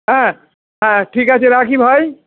হ্যাঁ হ্যাঁ ঠিক আছে রাখি ভাই